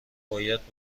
باید